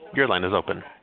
your line is open.